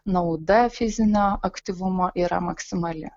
nauda fizinio aktyvumo yra maksimali